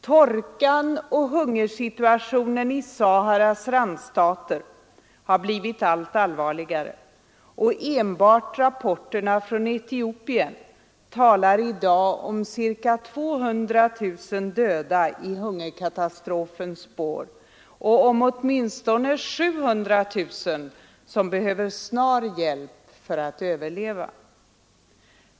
Torkan och hungersituationen i Saharas randstater har blivit allt allvarligare, och enbart rapporterna från Etiopien talar i dag om ca 200000 döda i hungerkatastrofens spår och om åtminstone 700 000 som behöver snar hjälp för att överleva.